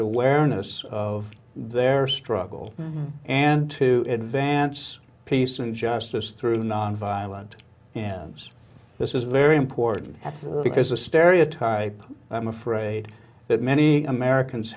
awareness of their struggle and to advance peace and justice through nonviolent this is very important because the stereotype i'm afraid that many americans